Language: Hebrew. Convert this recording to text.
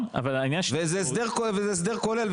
וזה הסדר כואב וזה הסדר כולל,